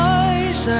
eyes